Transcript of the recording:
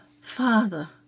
Father